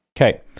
Okay